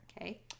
Okay